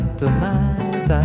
tonight